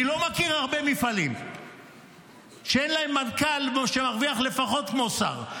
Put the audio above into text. אני לא מכיר הרבה מפעלים שאין להם מנכ"ל שמרוויח לפחות כמו שר,